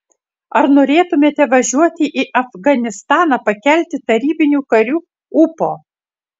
ar norėtumėte važiuoti į afganistaną pakelti tarybinių karių ūpo